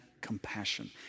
compassion